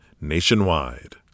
nationwide